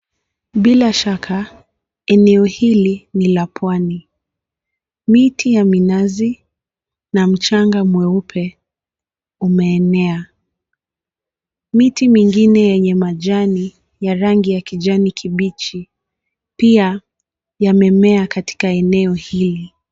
Bila shaka eneo hili ni la pwani miti ya minazi na mchanga mweupe umeenea. Miti mingine yenye majani ya rangi ya kijani kibichi pia yamemea katika eneo hili.